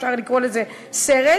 אפשר לקרוא לזה סרט.